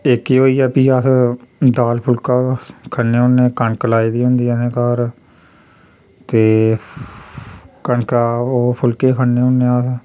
इक एह् होई गेआ फ्ही अस दाल फुल्का खन्ने हुन्ने कनक लाई दी होंदी असें घर ते कनका ओह् फुलके खन्ने होन्नें अस